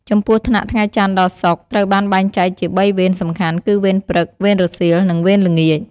ចំពោះថ្នាក់ថ្ងៃច័ន្ទ ដល់ សុក្រ ត្រូវបានបែងចែកជា បីវេនសំខាន់ គឺ វេនព្រឹក វេនរសៀល និងវេនល្ងាច។